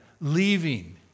leaving